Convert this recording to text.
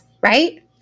right